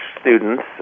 students